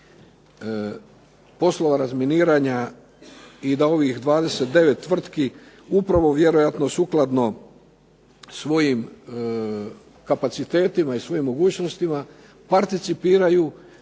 poslova razminiranja i da ovih 29 tvrtki upravo vjerojatno sukladno svojim kapacitetima i svojim mogućnostima participiraju